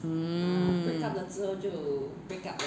mm